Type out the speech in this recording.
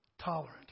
tolerant